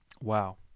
Wow